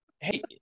hey